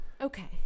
Okay